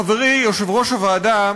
חברי יושב-ראש הוועדה,